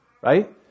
right